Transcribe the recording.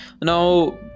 Now